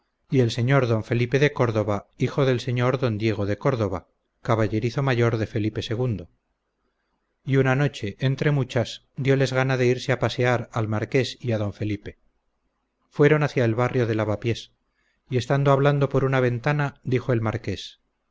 y el sr d felipe de córdoba hijo del sr d diego de córdoba caballerizo mayor de felipe ii y una noche entre muchas dioles gana de irse a pasear al marqués y a d felipe fueron hacia el barrio de lavapiés y estando hablando por una ventana dijo el marqués